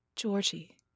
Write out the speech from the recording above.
Georgie